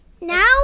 Now